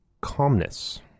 Calmness